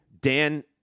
Dan